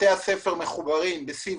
בתי ספר מחוברים בסיב